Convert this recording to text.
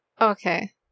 okay